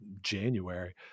january